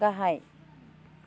गाहाय